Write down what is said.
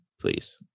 please